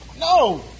No